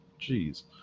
Jeez